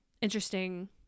interesting